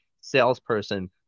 salesperson